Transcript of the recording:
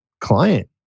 client